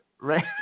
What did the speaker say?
Right